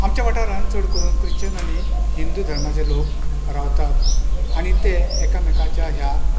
आमच्या वाठारांत चड करून ख्रिश्चन आनी हिंदू धर्माचे लोक रावतात आनी ते एकामेकांच्या ह्या